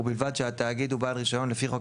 ובלבד שהתאגיד הוא בעל רישיון לפי חוק